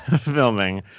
Filming